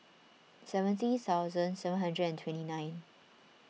seventy thousand seven hundred and twenty nine